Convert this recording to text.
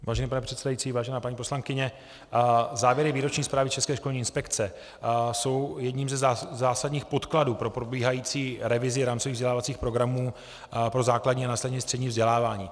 Vážený pane předsedající, vážená paní poslankyně, závěry výroční zprávy České školní inspekce jsou jedním ze zásadních podkladů pro probíhající revizi rámcových vzdělávacích programů pro základní a následně střední vzdělávání.